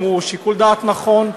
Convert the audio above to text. אם הוא שיקול דעת נכון,